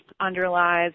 underlies